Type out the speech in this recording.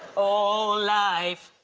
oh, life,